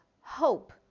hope